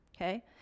okay